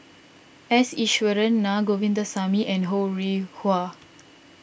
S Iswaran Naa Govindasamy and Ho Rih Hwa